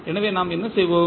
எனவே ஆம் என்ன செய்வோம்